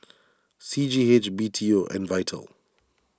C G H B T O and Vital